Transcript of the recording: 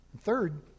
Third